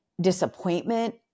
disappointment